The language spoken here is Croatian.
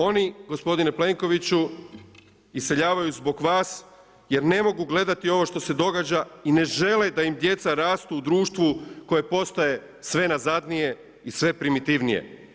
Oni gospodine Plenkoviću iseljavaju zbog vas jer ne mogu gledati ovo što se događa i ne žele da im djeca rastu u društvu koje postaje sve nazadnije i sve primitivnije.